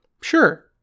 Sure